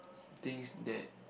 thinks that